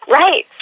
right